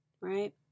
right